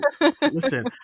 Listen